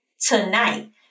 tonight